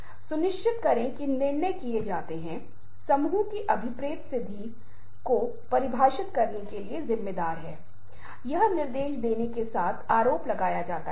हालांकि जिस तरह से इसे चैनल किया जाता है जिस तरह से इसे संशोधित किया जाता हैजिस तरह से इसे विनियमित किया जाता है वह कुछ ऐसा है जो सांस्कृतिक कारकों द्वारा निर्धारित किया जाता है